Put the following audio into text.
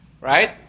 Right